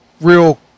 real